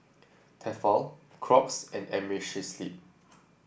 Tefal Crocs and Amerisleep